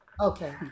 Okay